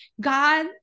God